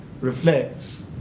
reflects